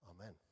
Amen